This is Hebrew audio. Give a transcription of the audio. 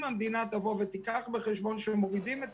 אם המדינה תיקח בחשבון שמורידים את